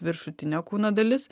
viršutinė kūno dalis